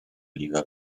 liga